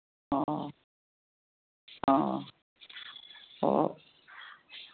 ꯑꯣ ꯑꯣ ꯑꯣ